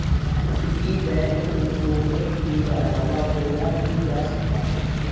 piggy bank को तोड़ने के अलावा खोला भी जा सकता है